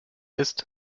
ist